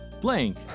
blank